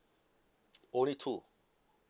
only two